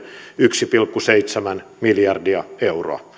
yksi pilkku seitsemän miljardia euroa